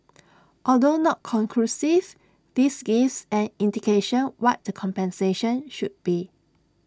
although not conclusive this gives an indication what the compensation should be